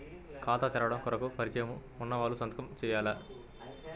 ఖాతా తెరవడం కొరకు పరిచయము వున్నవాళ్లు సంతకము చేయాలా?